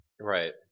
Right